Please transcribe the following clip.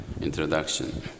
introduction